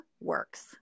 works